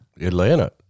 atlanta